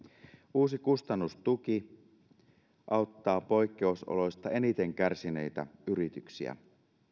uusi kustannustuki auttaa poikkeusoloista eniten kärsineitä yrityksiä